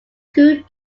two